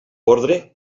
ordre